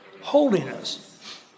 Holiness